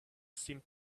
seemed